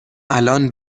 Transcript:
الان